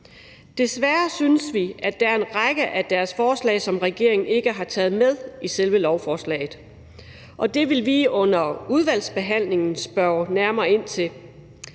Desværre synes vi, at der er en række af deres forslag, som regeringen ikke har taget med i selve lovforslaget, og det vil vi under udvalgsbehandlingen spørge nærmere ind til.